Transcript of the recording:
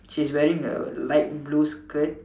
she's wearing a light blue skirt